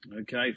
Okay